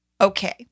okay